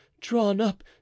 drawn-up